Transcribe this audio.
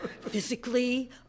physically